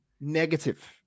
negative